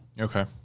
Okay